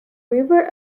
river